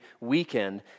weekend